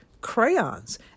crayons